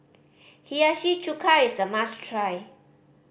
Hiyashi Chuka is a must try